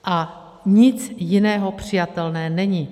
A nic jiného přijatelné není.